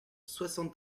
soixante